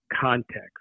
context